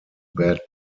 bad